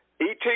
ET